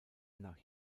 nach